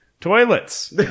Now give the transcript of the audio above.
Toilets